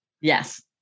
Yes